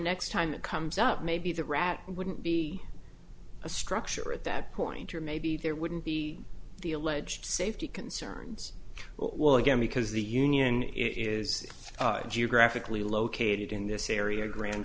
next time it comes up maybe the rat wouldn't be a structure at that point or maybe there wouldn't be the alleged safety concerns well again because the union is geographically located in this area grand